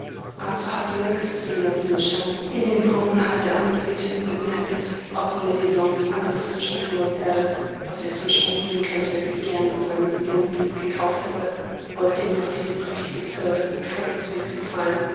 arthur hatte längst den glänzenden stein in dem braunen haar der angebeteten bemerkt obwohl er ihr sonst alles zwischen himmel und erde was ihr zum schmuck dienen könnte gern mit seinem jungen blut gekauft hätte wollte ihm doch diese prächtige zierde keineswegs gefallen